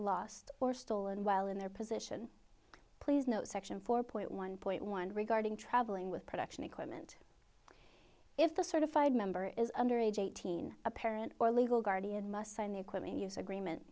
lost or stolen while in their position please note section four point one point one regarding traveling with production equipment if the sort of fide member is under age eighteen a parent or legal guardian must sign the equipment use agreement